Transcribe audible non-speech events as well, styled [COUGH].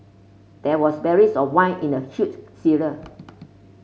there was barrels of wine in the huge cellar [NOISE]